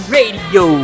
Radio